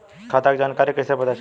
खाता के जानकारी कइसे पता चली?